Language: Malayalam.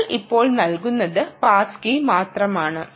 ഞങ്ങൾ ഇപ്പോൾ നൽകുന്നത് പാസ് കീ മാത്രമാണ്